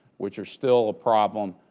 which are still a problem.